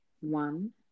One